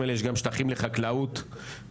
יסמין, תורך.